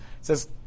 says